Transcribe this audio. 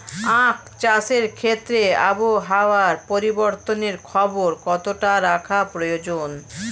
আখ চাষের ক্ষেত্রে আবহাওয়ার পরিবর্তনের খবর কতটা রাখা প্রয়োজন?